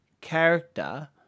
character